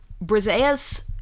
Briseis